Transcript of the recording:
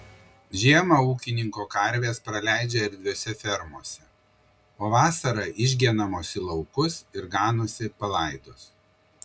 žiemą ūkininko karvės praleidžia erdviose fermose o vasarą išgenamos į laukus ir ganosi palaidos